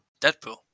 Deadpool